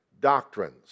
doctrines